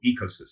ecosystem